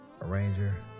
arranger